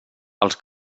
els